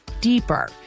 deeper